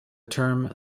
term